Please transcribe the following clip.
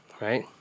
Right